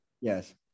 Yes